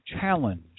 challenge